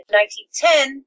1910